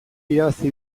irabazi